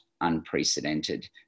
unprecedented